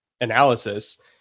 analysis